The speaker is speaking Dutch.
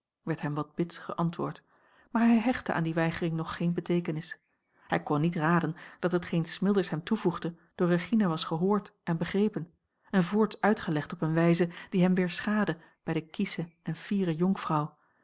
werd hem wat bits geantwoord maar hij hechtte aan die weigering nog geene beteekenis hij kon niet raden dat hetgeen smilders hem toevoegde door regina was gehoord en begrepen en voorts uitgelegd op eene wijze die hem weer schaadde bij de kiesche en fiere jonkvrouw